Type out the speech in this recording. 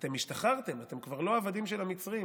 אתם השתחררתם, אתם כבר לא עבדים של המצרים,